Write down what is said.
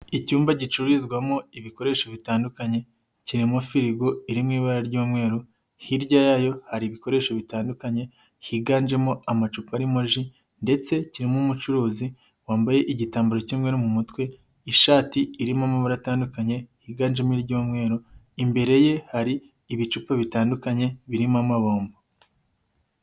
Icyumba gicururizwamo ibikoresho bitandukanye kirimo firigo iri mu ibara ry'umweru hirya yayo hari ibikoresho bitandukanye, higanjemo amacupa arimo ji ndetse kirimo umucuruzi wambaye igitambaro kimwe no mu mutwe ishati irimo amabara atandukanye, yiganjemo ay'umweru imbere ye hari ibicupa bitandukanye birimo amabombo.